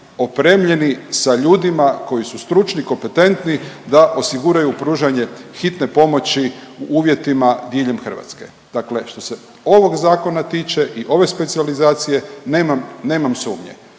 opremljeni sa ljudima koji su stručni, kompetentni da osiguraju pružanje hitne pomoći u uvjetima diljem Hrvatske. Dakle, što se ovog zakona tiče i ove specijalizacije nemam sumnje,